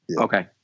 okay